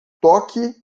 toque